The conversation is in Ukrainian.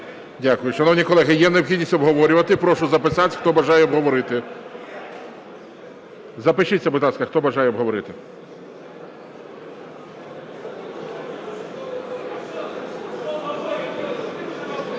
Дякую. Шановні колеги, є необхідність обговорювати? Прошу записатися, хто бажає обговорити. Запишіться, будь ласка, хто бажає обговорити.